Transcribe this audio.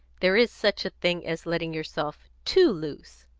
there's such a thing as letting yourself too loose.